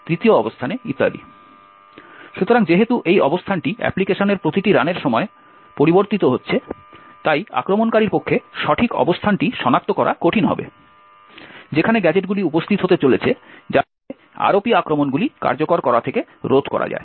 সুতরাং যেহেতু এই অবস্থানটি অ্যাপ্লিকেশনের প্রতিটি রানের সময় পরিবর্তিত হচ্ছে আক্রমণকারীর পক্ষে সঠিক অবস্থানটি সনাক্ত করা কঠিন হবে যেখানে গ্যাজেটগুলি উপস্থিত হতে চলেছে যার ফলে ROP আক্রমণগুলি কার্যকর করা থেকে রোধ করা যায়